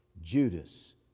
Judas